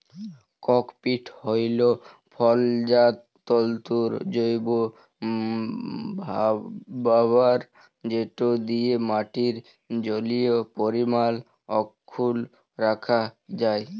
cocopeat হ্যইল ফলজাত তল্তুর জৈব ব্যাভার যেট দিঁয়ে মাটির জলীয় পরিমাল অখ্খুল্ল রাখা যায়